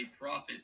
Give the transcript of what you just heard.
profit